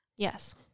Yes